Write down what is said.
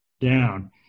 down